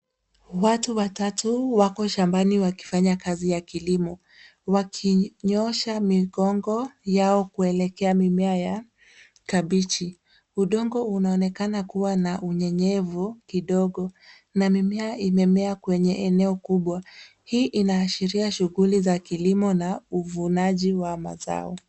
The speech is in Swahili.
Watu watatu wako shambani wakifanya kazi ya kilimo wakinyoosha migongo yao kuelekea mimea ya kabichi. Udongo unaonekana kuwa na unyenyevu kidogo na mimea imemea kwenye eneo kubwa. Hii inaashiria shughuli za kilimo na uvunaji wa mazao.